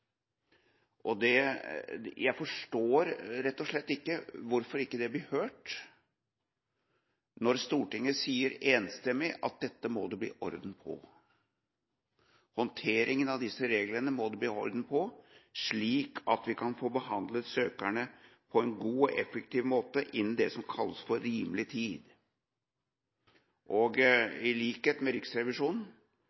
bare delvis. Jeg forstår rett og slett ikke hvorfor det ikke blir hørt når Stortinget sier enstemmig at dette må det bli orden på. Håndteringen av disse reglene må det bli orden på, slik at vi kan få behandlet søkerne på en god og effektiv måte innen det som kalles for rimelig tid.